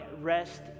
rest